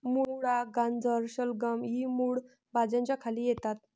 मुळा, गाजर, शलगम इ मूळ भाज्यांच्या खाली येतात